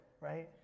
right